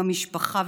עם המשפחה,